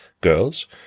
girls